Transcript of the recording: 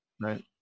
Right